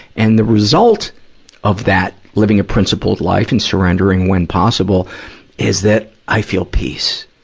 and the result of that, living a principled life and surrendering when possible is that i feel peace.